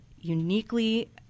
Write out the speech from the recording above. uniquely